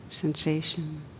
sensation